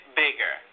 bigger